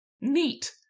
neat